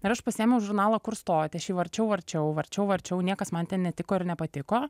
ir aš pasiėmiau žurnalą kur stoti aš jį varčiau varčiau varčiau varčiau niekas man ten netiko ir nepatiko